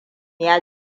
ya